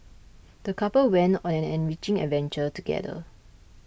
the couple went on an enriching adventure together